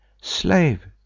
slave